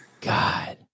God